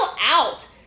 out